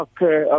Okay